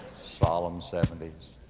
solemn seventies,